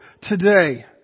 today